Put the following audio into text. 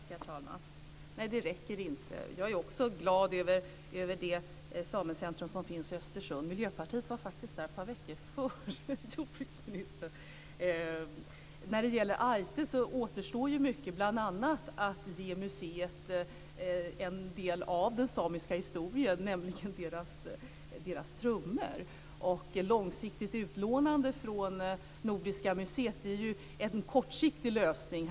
Herr talman! Nej, det räcker inte. Jag är också glad över det samecentrum som finns i Östersund. Miljöpartiet var faktiskt där ett par veckor före jordbruksministern. När det gäller Ájtte återstår mycket. Det återstår bl.a. att ge museet en del av den samiska historien, nämligen deras trummor som är långsiktigt utlånade från Nordiska museet. Det är ju en kortsiktig lösning.